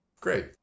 Great